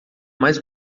mais